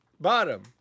Bottom